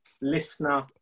listener